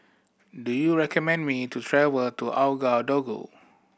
do you recommend me to travel to Ouagadougou